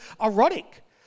erotic